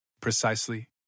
Precisely